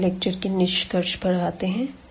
अब इस लेक्चर के निष्कर्ष पर आते हैं